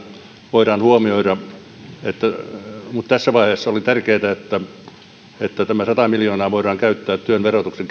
voidaan huomioida mutta tässä vaiheessa oli tärkeätä että tämä sata miljoonaa mikä tässä tulee voidaan käyttää työn verotuksen